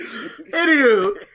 Anywho